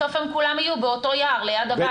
בסוף הם כולם יהיו באותו יער ליד הבית.